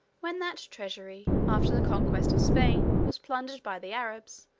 when that treasury, after the conquest of spain, was plundered by the arabs,